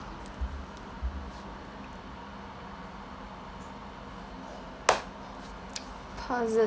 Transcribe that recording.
positive